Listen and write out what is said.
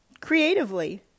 creatively